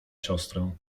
siostrę